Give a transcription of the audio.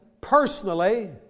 personally